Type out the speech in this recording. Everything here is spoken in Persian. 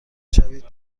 شوید